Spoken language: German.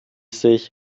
sich